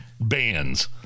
bands